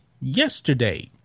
yesterday